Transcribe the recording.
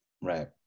Right